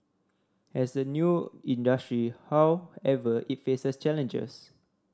as a new industry however it face challenges